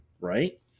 right